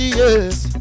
yes